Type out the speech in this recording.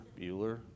Bueller